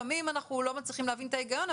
לפעמים אנחנו לא מצליחים להבין את ההיגיון,